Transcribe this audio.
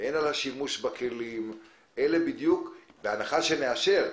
והן על השימוש בכלים, בהנחה שנאשר.